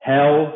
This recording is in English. Hell